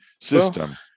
system